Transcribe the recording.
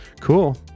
Cool